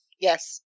Yes